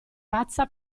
pazza